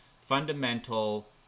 fundamental